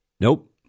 Nope